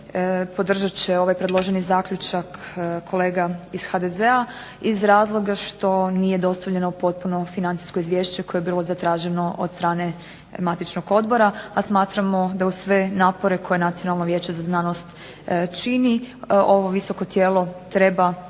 podržat će ovaj predloženi zaključak kolega iz HDZ-a iz razloga što nije dostavljeno potpuno financijsko izvješće koje je bilo zatraženo od strane matičnog odbora, a smatramo da uz sve napore koje Nacionalno vijeće za znanost čini, ovo visoko tijelo treba imati